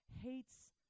hates